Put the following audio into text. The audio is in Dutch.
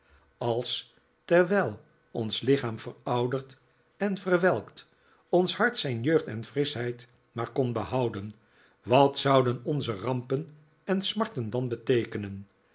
als terwijl ons lichaam veroudert en verwelkt ons hart zijn jeugd en frischheid maar kon behouden wat zouden onze rampen en smarten dan beteekenen